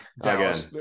Again